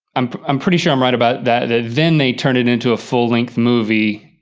um i'm pretty sure i'm right about that, that then they turn it into a full length movie,